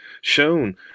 shown